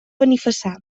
benifassà